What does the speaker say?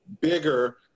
bigger